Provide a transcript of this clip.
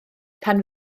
pan